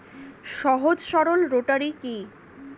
সহজ সরল রোটারি কি?